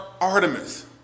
Artemis